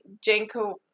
Janko